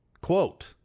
Quote